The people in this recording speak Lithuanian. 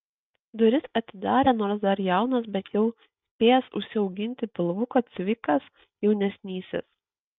duris atidarė nors dar jaunas bet jau spėjęs užsiauginti pilvuką cvikas jaunesnysis